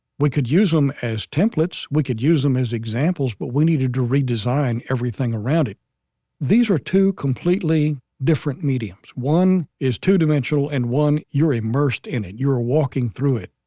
we could use them as templates, we could use them as examples, but we needed to redesign everything around it these were two completely different mediums. one is two dimensional, and one, you're immersed in it, you're walking through it,